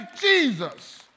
Jesus